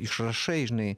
išrašai žinai